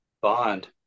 bond